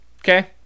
Okay